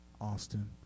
Austin